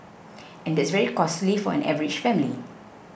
and that's very costly for an average family